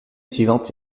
suivante